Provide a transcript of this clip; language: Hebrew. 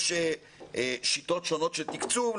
יש שיטות שונות של תקצוב,